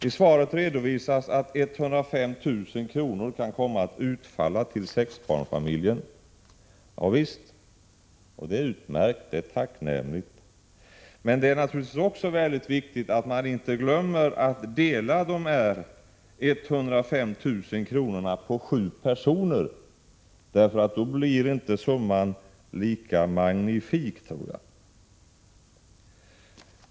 I svaret redovisas att 105 000 kr. kan komma att utfalla till sexbarnsfamiljen. Ja visst, och det är utmärkt och tacknämligt. Men det är naturligtvis också mycket viktigt att vi inte glömmer bort att dela 105 000 på sju personer. Då blir summan inte lika magnifik.